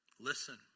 Listen